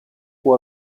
può